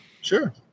Sure